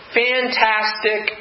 fantastic